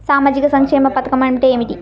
సామాజిక సంక్షేమ పథకం అంటే ఏమిటి?